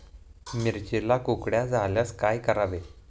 मिरचीला कुकड्या झाल्यास काय करावे?